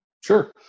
Sure